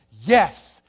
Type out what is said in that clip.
Yes